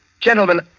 Gentlemen